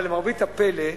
אבל למרבית הפלא,